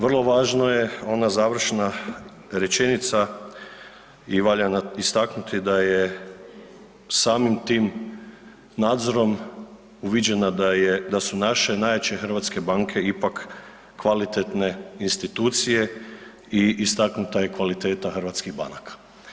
Vrlo važno je ona završna rečenica i valja istaknuti da je samim tim nadzorom uviđeno da su naše najjače hrvatske banke ipak kvalitetne institucije i istaknuta je kvaliteta hrvatskih banaka.